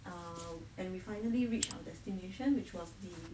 uh and we finally reached our destination which was the